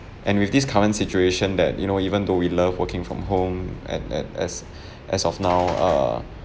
and with this current situation that you know even though we love working from home at at as as of now err